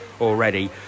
already